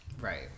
Right